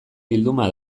bilduma